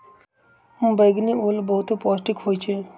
बइगनि ओल बहुते पौष्टिक होइ छइ